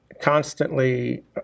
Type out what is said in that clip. constantly